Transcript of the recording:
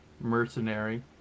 mercenary